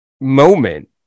moment